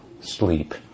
sleep